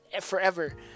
forever